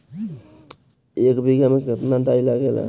एक बिगहा में केतना डाई लागेला?